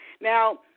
Now